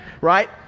right